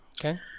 Okay